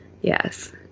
yes